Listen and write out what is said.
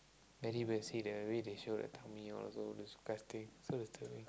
anybody see the way they show their tummy all so disgusting so disturbing